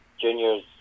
Junior's